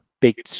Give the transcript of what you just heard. big